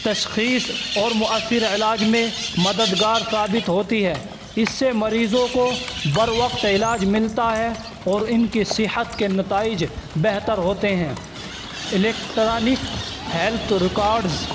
تشخیص اور مؤثر علاج میں مددگار ثابت ہوتی ہے اس سے مریضوں کو بروقت علاج ملتا ہے اور ان کی صحت کے نتائج بہتر ہوتے ہیں الیکٹرانک ہیلتھ ریکاڈز